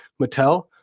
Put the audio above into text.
Mattel